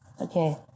Okay